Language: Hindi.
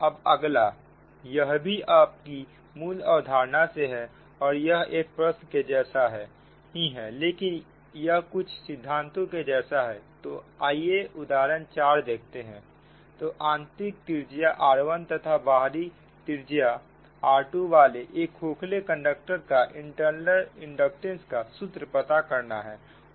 अब अगला यह भी आप की मूल अवधारणा से है और यह एक प्रश्न के जैसा ही है लेकिन यह कुछ सिद्धांत के जैसा है तो आइए उदाहरण 4 देखते हैं तो आंतरिक त्रिज्या r1 तथा बाहरी त्रिज्या r2 वाले एक खोखले कंडक्टर का इंटरनल इंडक्टेंस का सूत्र पता करना है